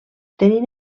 tenint